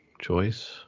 choice